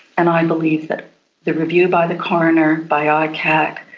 and i believe that the review by the coroner, by ah icac,